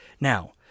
Now